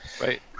Right